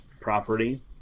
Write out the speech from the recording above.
property